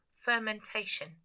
fermentation